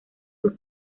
sus